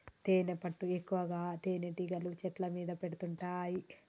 తేనెపట్టు ఎక్కువగా తేనెటీగలు చెట్ల మీద పెడుతుంటాయి